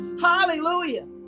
Hallelujah